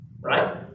right